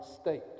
state